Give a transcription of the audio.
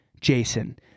Jason